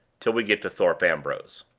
till we get to thorpe ambrose.